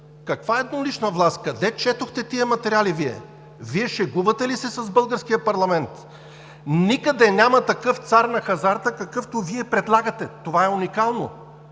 Каква еднолична власт? Къде четохте тези материали Вие? Вие шегувате ли се с българския парламент?! Никъде няма такъв цар на хазарта, какъвто Вие предлагате! Това е уникално!